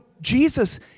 Jesus